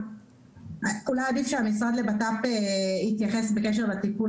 אולי עדיף שהמשרד לבט"פ יתייחס בקשר לתיקון